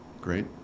great